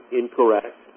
incorrect